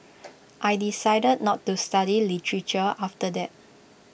I decided not to study literature after that